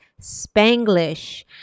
Spanglish